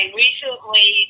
recently